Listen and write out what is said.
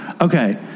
Okay